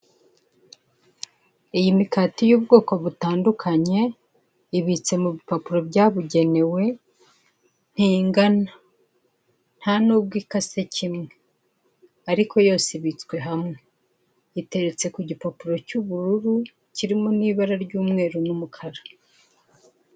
Iyi mikati y'ubwoko butandukanye ibitse mu bipapuro byabugenewe ntingana, nta nubwo ikase kimwe ariko yose ibitswe hamwe, iteretse ku gipapuro cy'ubururu kirimo n'ibara ry'umweru n'umukara.